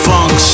Funk